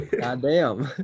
Goddamn